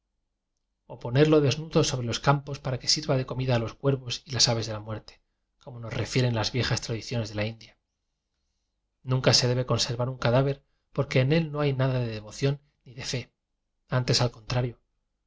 desnudo sobre los campos para que sirva de comida a los cuervos y las aves de la muerte como nos refieren las viejas tradiciones de la india nunca se debe conservar un cadáver porque en él no hay nada de devoción ni de fe antes al con